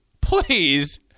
please